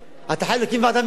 אז אתה חייב להקים ועדה מקצועית.